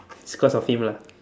is cause of him lah